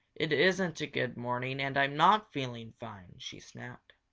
it isn't a good morning and i'm not feeling fine! she snapped.